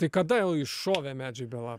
tai kada jau iššovė medžiai be lapų